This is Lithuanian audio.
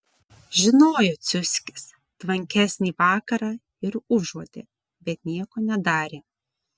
žinojo ciuckis tvankesnį vakarą ir užuodė bet nieko nedarė